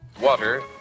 Water